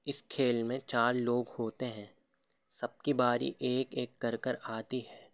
اس کھیل میں چار لوگ ہوتے ہیں سب کی باری ایک ایک کر کر آتی ہے